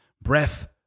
breath